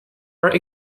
are